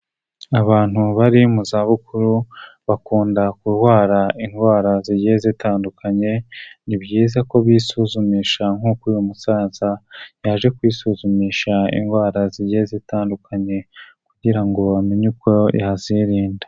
Abantu bari mu zabukuru bakunda kurwara indwara zigiye zitandukanye, ni byiza ko bisuzumisha nk'uko uyu musaza yaje kwisuzumisha indwara zigiye zitandukanye kugira ngo bamenye uko yazirinda.